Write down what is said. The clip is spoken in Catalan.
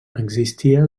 existia